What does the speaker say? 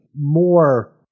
more